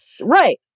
Right